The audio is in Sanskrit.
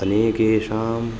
अनेकेषां